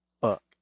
Fuck